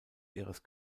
ihres